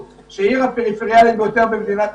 זה גם מגולם בתוכנית העתידית אז אין לנו את הפריבילגיה להגיד: